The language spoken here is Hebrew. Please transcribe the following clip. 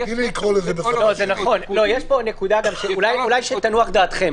אולי תנוח דעתכם,